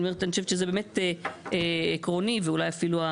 אני אומרת שאני חושבת שזה באמת עקרוני ואולי אפילו,